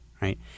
right